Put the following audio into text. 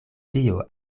dio